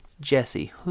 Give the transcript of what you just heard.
Jesse